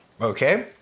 Okay